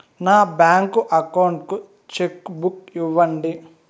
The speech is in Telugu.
నా బ్యాంకు అకౌంట్ కు చెక్కు బుక్ ఇవ్వండి